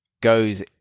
goes